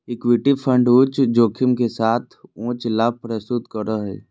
equity fund उच्च जोखिम के साथ उच्च लाभ प्रस्तुत करो हइ